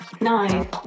nine